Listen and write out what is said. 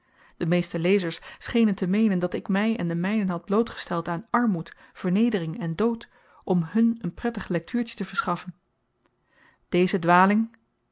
de meeste lezers schenen te meenen dat ik my en de mynen had blootgesteld aan armoed vernedering en dood om hun n prettig lektuurtje te verschaffen deze dwaling